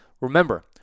Remember